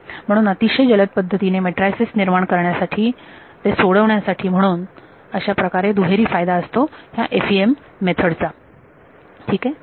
म्हणून अतिशय जलद पद्धतीने मॅट्रायसेस निर्माण करण्यासाठी जलद पद्धतीने ते सोडवण्यासाठी म्हणून अशाप्रकारे दुहेरी फायदा असतो ह्या FEM मेथड चा